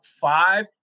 five